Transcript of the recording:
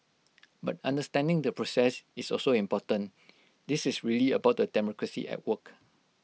but understanding the process is also important this is really about the democracy at work